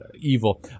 evil